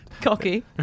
Cocky